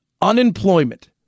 unemployment